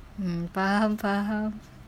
mm faham faham